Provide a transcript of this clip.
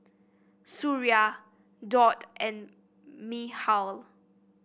Suria Daud and Mikhail